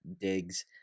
digs